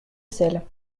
sel